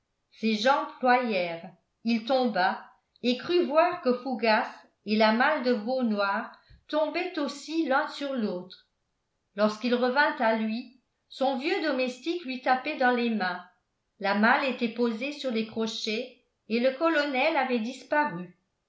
ses jambes ployèrent il tomba et crut voir que fougas et la malle de veau noir tombaient aussi l'un sur l'autre lorsqu'il revint à lui son vieux domestique lui tapait dans les mains la malle était posée sur les crochets et le colonel avait disparu